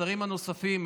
והשרים הנוספים,